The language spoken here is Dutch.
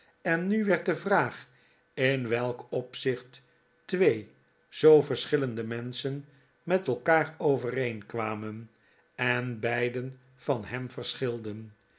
en nu werd de vraag in welk opzicht twee zoo verschillende menschen met elkaar overeenkwamen en beiden van hem verschilden